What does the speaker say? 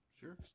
Sure